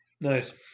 Nice